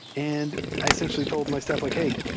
and i essentially told my stuff, like hey,